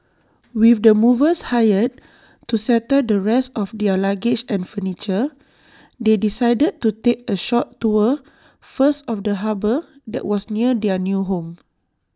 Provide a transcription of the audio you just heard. with the movers hired to settle the rest of their luggage and furniture they decided to take A short tour first of the harbour that was near their new home